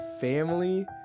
family